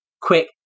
quick